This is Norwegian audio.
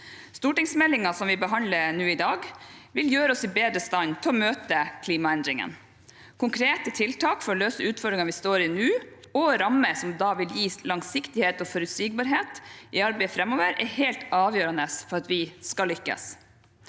Stortingsmeldingen som vi behandler nå i dag, vil gjøre oss i bedre stand til å møte klimaendringene. Konkrete tiltak for å løse utfordringene vi står i nå, og rammer som vil gi langsiktighet og forutsigbarhet i arbeidet framover, er helt avgjørende for at vi skal lykkes.